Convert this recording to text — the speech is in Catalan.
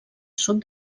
sud